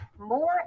more